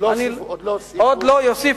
עוד לא, יוסיפו.